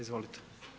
Izvolite.